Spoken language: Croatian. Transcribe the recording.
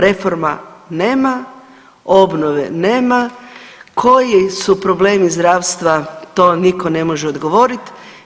Reforma nema, obnove nema, koji su problemi zdravstva to niko ne može odgovorit.